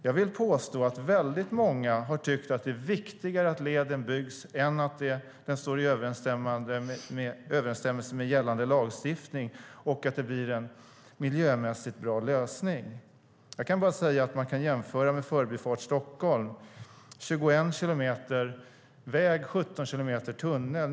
Jag vill påstå att väldigt många har tyckt att det är viktigare att leden byggs än att den står i överensstämmelse med gällande lagstiftning och att det blir en miljömässigt bra lösning. Jag kan bara säga att man kan jämföra med Förbifart Stockholm, med 21 kilometer väg och 17 kilometer tunnel.